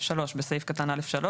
(3)בסעיף קטן (א3),